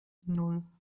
nan